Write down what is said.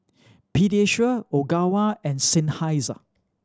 Pediasure Ogawa and Seinheiser